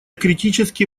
критически